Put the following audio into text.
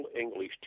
English